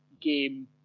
game